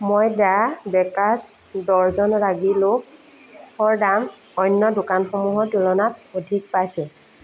মই the bakers dozen ৰাগী লোফৰ দাম অন্য দোকানসমূহৰ তুলনাত অধিক পাইছোঁ